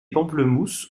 pamplemousses